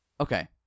Okay